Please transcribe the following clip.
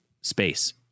Space